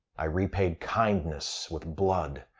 i repaid kindness with blood.